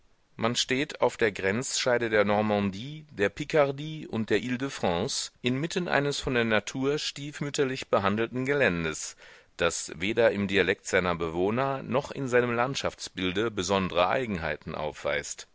man steht auf der grenzscheide der normandie der pikardie und der ile de france inmitten eines von der natur stiefmütterlich behandelten geländes das weder im dialekt seiner bewohner noch in seinem landschaftsbilde besondre eigenheiten aufweist